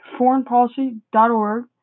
foreignpolicy.org